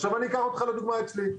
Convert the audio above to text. עכשיו אני אקח אותך לדוגמה אצלי.